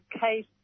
case